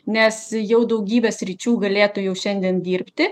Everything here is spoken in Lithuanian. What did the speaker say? nes jau daugybė sričių galėtų jau šiandien dirbti